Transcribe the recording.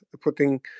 putting